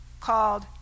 called